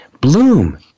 bloom